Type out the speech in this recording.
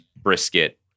brisket